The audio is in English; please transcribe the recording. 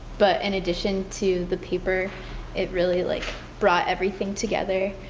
but in addition to the paper it really like brought everything together.